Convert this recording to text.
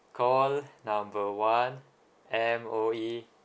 call number one M_O_E